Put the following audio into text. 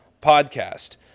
Podcast